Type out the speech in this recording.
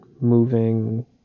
moving